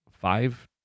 Five